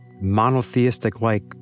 monotheistic-like